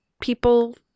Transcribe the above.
people